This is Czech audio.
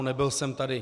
Nebyl jsem tady.